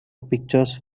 pictures